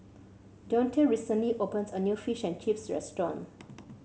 Deonte recently opened a new Fish and Chips restaurant